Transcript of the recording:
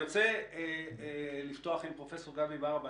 אני רוצה לפתוח עם פרופ' גבי ברבש,